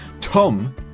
Tom